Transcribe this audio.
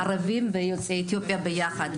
ערבים ויוצאי אתיופיה ביחד.